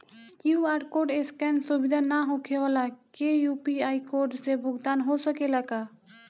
QR code scan सुविधा ना होखे वाला के यू.पी.आई कोड से भुगतान हो सकेला का?